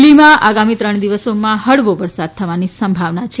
દિલ્ઠીમાં આગામી ત્રણ દિવસોમાં હળવો વરસાદ થવાની સંભાવના છે